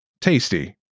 Tasty